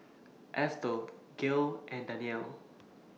Estel Gale and Danielle